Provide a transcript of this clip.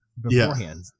beforehand